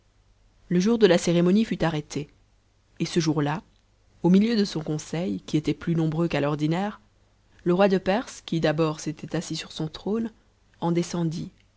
le jour de la cérémonie fut arrêté et ce jour-là au milieu de son conseil qui était plus nombreux qu'à l'ordinaire le roi de perse qui cl bord s'était assis sur son trône en descendit